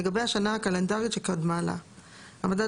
לגבי השנה הקלנדרית שקדמה לה; "המדד